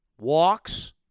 walks